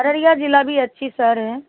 अररिया ज़िला भी अच्छा शहर है